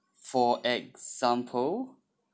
for example